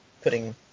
putting